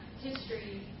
history